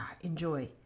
Enjoy